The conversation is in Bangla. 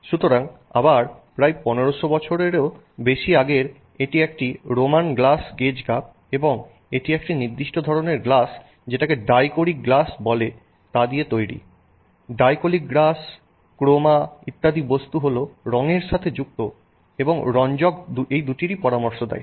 সুতরাং আবার প্রায় 1500 বছরেরও বেশি আগের এটি একটি রোমান গ্লাস কেজ কাপ এবং এটি একটি নির্দিষ্ট ধরনের গ্লাস যেটাকে ডাইকোরিক গ্লাস বলে তা দিয়ে তৈরি ডাইকোরিক গ্লাস ক্রোমা ইত্যাদি বস্তু হলো রঙের সাথে যুক্ত এবং রঞ্জক দুটিরই পরামর্শ দেয়